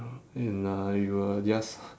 and uh you will just